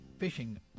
Fishing